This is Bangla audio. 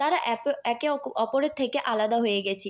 তারা এপে একে অক অপরের থেকে আলাদা হয়ে গেছি